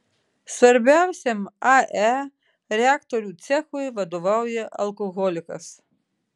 svarbiausiam ae reaktorių cechui vadovauja alkoholikas